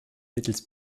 mittels